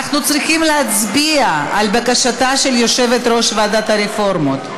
אנחנו צריכים להצביע על בקשתה של יושבת-ראש ועדת הרפורמות,